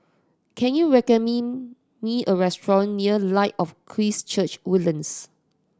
can you me a restaurant near Light of Christ Church Woodlands